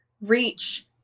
reach